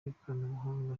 by’ikoranabuhanga